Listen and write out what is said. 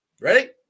ready